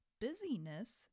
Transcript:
busyness